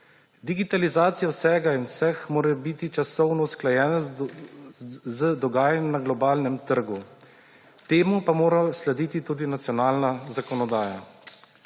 Digitalizacija vsega in vseh mora biti časovno usklajena z dogajanjem na globalnem trgu, temu pa mora slediti tudi nacionalna zakonodaja.